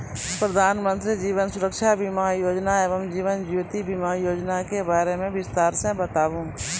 प्रधान मंत्री जीवन सुरक्षा बीमा योजना एवं जीवन ज्योति बीमा योजना के बारे मे बिसतार से बताबू?